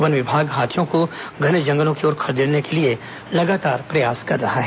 one विभाग हाथियों को घने जंगलों की ओर खदेड़ने के लिए लगातार प्रयास कर रहा है